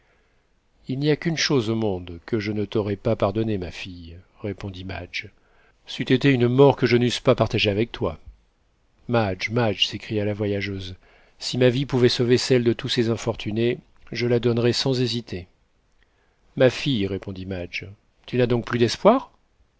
il n'y a qu'une chose au monde que je ne t'aurais pas pardonnée ma fille répondit madge c'eût été une mort que je n'eusse pas partagée avec toi madge madge s'écria la voyageuse si ma vie pouvait sauver celle de tous ces infortunés je la donnerais sans hésiter ma fille répondit madge tu n'as donc plus d'espoir